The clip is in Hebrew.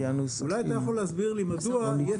אולי אתה יכול להסביר לי מדוע יהיה